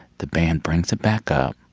the band brings it back up.